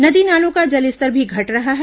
नदी नालों का जलस्तर भी घट रहा है